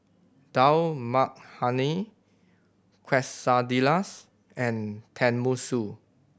Dal Makhani Quesadillas and Tenmusu